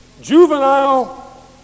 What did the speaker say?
juvenile